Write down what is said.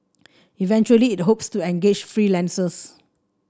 eventually it hopes to engage freelancers